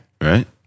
Right